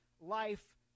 life